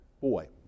boy